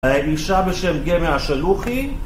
אישה בשם גמא השלוחי